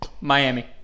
Miami